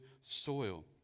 soil